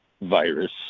virus